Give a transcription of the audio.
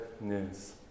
news